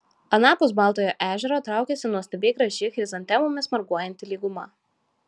anapus baltojo ežero traukėsi nuostabiai graži chrizantemomis marguojanti lyguma